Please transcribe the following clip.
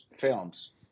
films